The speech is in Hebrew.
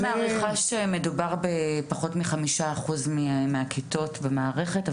אני מעריכה שמדובר בפחות מ-5% מהכיתות במערכת,